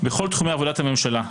בכל תחומי עבודת הממשלה.